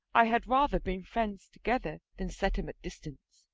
i had rather bring friends together than set em at distance.